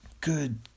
good